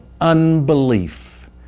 unbelief